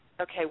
okay